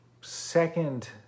second